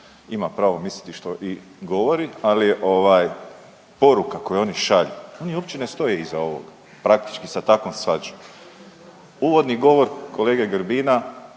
ima pravo misliti što i govori, ali je ovaj poruka koju oni šalju oni uopće ne stoje iza ovog praktički sa takvom svađom. Uvodni govor kolege Grbina,